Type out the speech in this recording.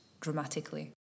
dramatically